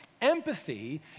Empathy